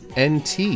nt